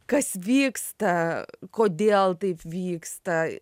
kas vyksta kodėl taip vyksta